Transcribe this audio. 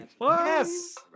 Yes